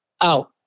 out